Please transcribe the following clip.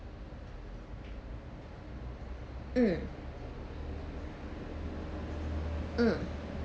mm mm